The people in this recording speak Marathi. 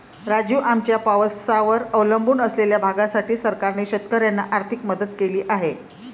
राजू, आमच्या पावसावर अवलंबून असलेल्या भागासाठी सरकारने शेतकऱ्यांना आर्थिक मदत केली आहे